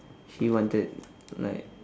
he wanted like